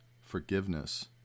forgiveness